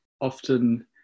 often